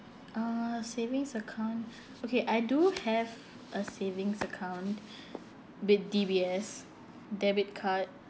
uh savings account okay I do have a savings account with D_B_S debit card